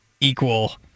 equal